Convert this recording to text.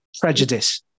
prejudice